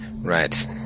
Right